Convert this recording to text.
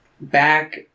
back